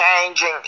changing